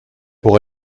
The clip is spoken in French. pour